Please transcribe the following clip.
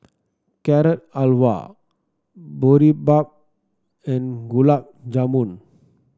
Carrot Halwa Boribap and Gulab Jamun